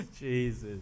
Jesus